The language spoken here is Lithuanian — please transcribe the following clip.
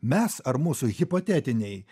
mes ar mūsų hipotetiniai